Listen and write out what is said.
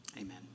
amen